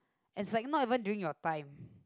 and it's like not even during your time